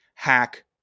hack